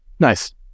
Nice